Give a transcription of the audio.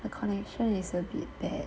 the connection is a bit bad